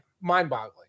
Mind-boggling